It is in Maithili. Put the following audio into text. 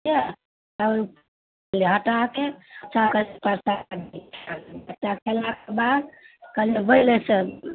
के आओर हटाकऽ सबके परसाद देली परसाद खेलाके बाद कहलहुँ बैलए चल